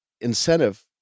incentive